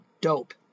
dope